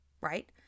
right